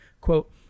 Quote